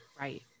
Right